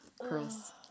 Chris